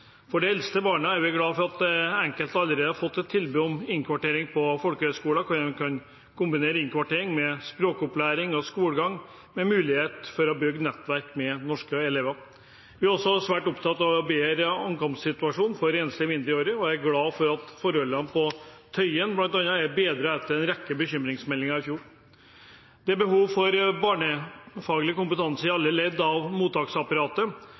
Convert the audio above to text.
For de eldste barna er vi glad for at enkelte allerede har fått et tilbud om innkvartering på folkehøyskoler, der de kan kombinere innkvartering med språkopplæring og skolegang med mulighet for å bygge nettverk med norske elever. Vi er også svært opptatt av å bedre ankomstsituasjonen for enslige mindreårige, og jeg er glad for at forholdene på Tøyen, bl.a., er bedret etter en rekke bekymringsmeldinger i fjor. Det er behov for barnefaglig kompetanse i alle ledd av mottaksapparatet,